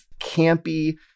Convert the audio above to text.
campy